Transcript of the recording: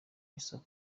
isomo